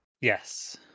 Yes